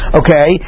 okay